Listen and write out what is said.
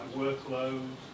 workload